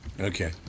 Okay